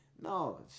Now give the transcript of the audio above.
No